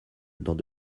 dans